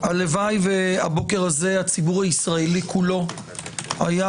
הלוואי והבוקר הזה הציבור הישראלי כולו היה